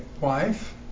wife